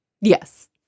Yes